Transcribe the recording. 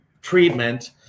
treatment